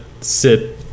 sit